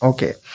Okay